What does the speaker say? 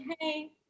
hey